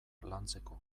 lantzeko